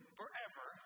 forever